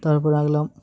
তারপর আঁকলাম